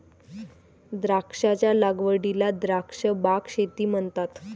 द्राक्षांच्या लागवडीला द्राक्ष बाग शेती म्हणतात